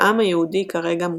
העם היהודי כרגע מושמד,